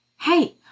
Hey